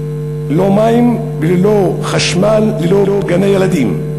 לא מים ולא חשמל ולא גני-ילדים?